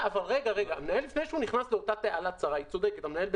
אבל לפני שהוא נכנס לאותה תעלה צרה הוא